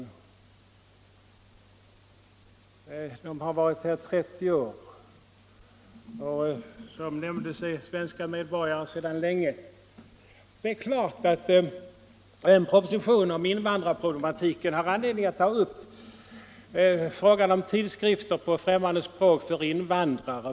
Balterna har varit här i 30 år och är därför svenska medborgare sedan länge. Det är klart att en proposition om invandrarproblematiken har anledning att ta upp frågan om tidskrifter på främmande språk för invandrare.